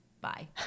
Bye